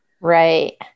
Right